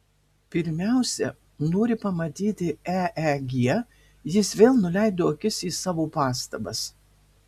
pirmiausia nori pamatyti eeg jis vėl nuleido akis į savo pastabas